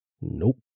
Nope